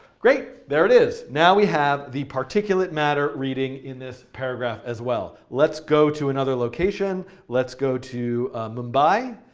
great. there it is. now we have the particulate matter reading in this paragraph, as well. let's go to another location. let's go to mumbai,